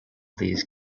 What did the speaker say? these